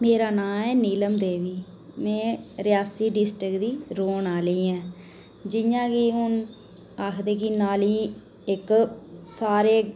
मेरा नांऽ ऐ नीलम देवी में रियासी डिस्ट्रिक्ट दी रौह्न आह्ली ऐं जियां कि हून आखदे कि नाली इक सारे